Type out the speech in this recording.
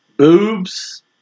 Boobs